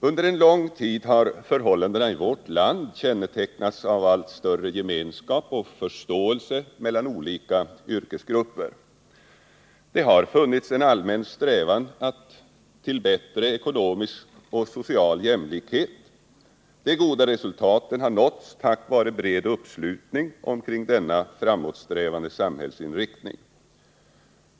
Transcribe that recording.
Under en lång tid har förhållandena i vårt land kännetecknats av allt större gemenskap och förståelse mellan olika yrkesgrupper. Det har funnits en allmän strävan till bättre ekonomisk och social jämlikhet. De goda resultaten har nåtts tack vare bred uppslutning omkring denna framåtsträvande samhällsinriktning.